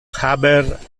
haber